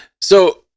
So-